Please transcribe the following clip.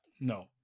No